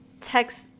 text